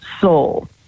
soul